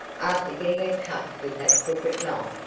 after getting a cut with that crooked knife.